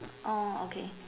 orh okay